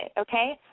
okay